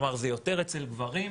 כלומר זה יותר אצל גברים.